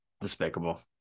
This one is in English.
despicable